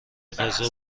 غذا